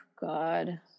God